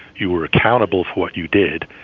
you were accountable for what you did.